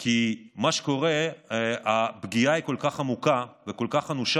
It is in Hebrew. כי הפגיעה היא כל כך עמוקה וכל כך אנושה,